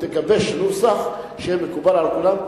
תגבש נוסח שיהיה מקובל על כולם,